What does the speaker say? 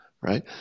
right